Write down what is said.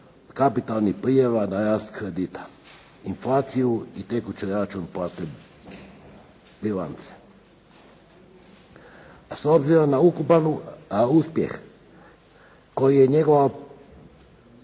kapitalnih prijava na rast kredita, inflaciju i tekući račun platne bilance. S obzirom na ukupan uspjeh koji je njegova